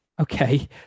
Okay